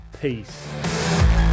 peace